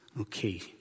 okay